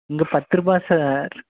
இங்கே பத்து ரூபாய் சார்